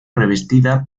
revestida